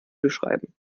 beschreiben